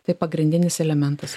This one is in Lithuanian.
tai pagrindinis elementas